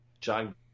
John